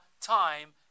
time